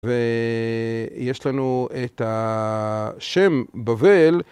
ויש לנו את השם בבל.